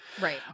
Right